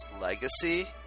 Legacy